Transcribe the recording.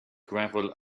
gravel